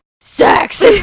sex